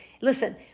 listen